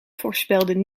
voorspelden